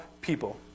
people